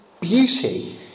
Beauty